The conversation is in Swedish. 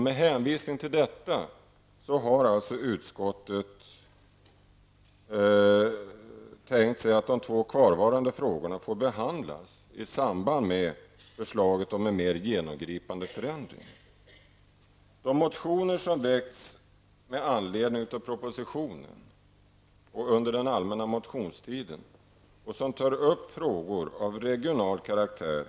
Med hänvisning till detta har utskottet tänkt sig att de två kvarvarande frågorna får behandlas i samband med förslaget om en mer genomgripande förändring. I betänkandet behandlas motioner som väckts med anledning av propositionen och under den allmänna motionstiden och som tar upp frågor av regional karaktär.